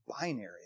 binary